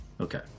Okay